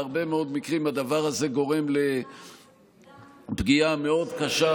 בהרבה מאוד מקרים הדבר הזה גורם לפגיעה מאוד קשה